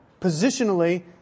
positionally